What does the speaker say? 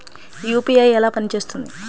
UPI ఎలా పనిచేస్తుంది?